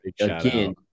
again